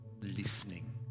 listening